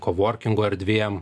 kovorkingų erdvėm